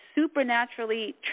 supernaturally